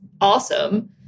awesome